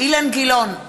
אילן גילאון,